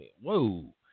Whoa